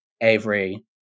Avery